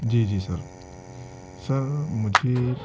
جی جی sir sir مجھے